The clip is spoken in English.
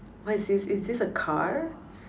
what is this is this a car